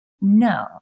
no